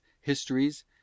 histories